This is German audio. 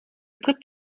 tritt